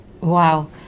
Wow